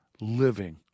living